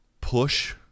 push